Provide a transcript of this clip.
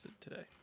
Today